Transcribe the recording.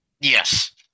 Yes